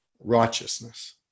righteousness